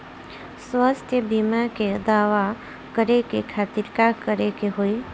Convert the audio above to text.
स्वास्थ्य बीमा के दावा करे के खातिर का करे के होई?